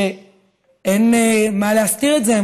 אין מה להסתיר את זה,